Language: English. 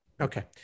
Okay